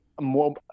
more